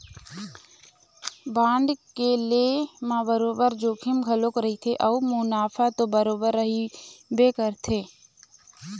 bond के लेय म बरोबर जोखिम घलोक रहिथे अउ मुनाफा तो बरोबर रहिबे करथे